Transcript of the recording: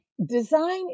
Design